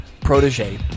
protege